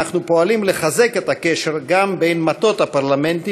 אנחנו פועלים לחזק את הקשר גם בין מטות הפרלמנטים,